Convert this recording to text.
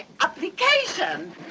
application